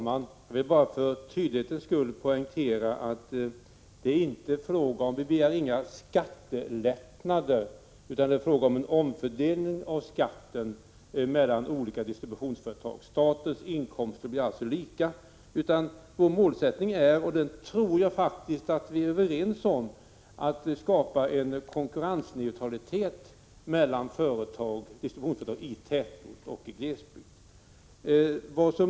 Herr talman! För tydlighetens skull vill jag bara poängtera att vi inte begär några skattelättnader, utan det är fråga om en omfördelning av skatten mellan olika distributionsföretag. Statens inkomster blir således lika. Vår målsättning är att skapa konkurrensneutralitet mellan distributionsföretag i tätort och i glesbygd.